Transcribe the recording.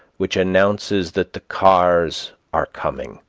which announces that the cars are coming,